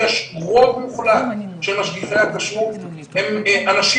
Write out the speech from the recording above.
יש רוב מוחלט של משגיחי הכשרות שהם אנשים